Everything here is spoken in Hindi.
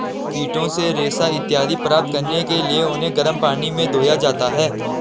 कीटों से रेशा इत्यादि प्राप्त करने के लिए उन्हें गर्म पानी में धोया जाता है